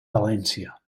valència